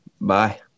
Bye